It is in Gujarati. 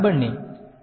વિદ્યાર્થી